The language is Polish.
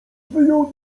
wyjął